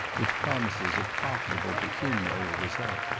which promises a profitable pecuniary result.